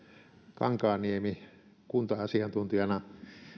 kankaanniemi kunta asiantuntijana